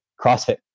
CrossFit